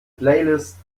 playlists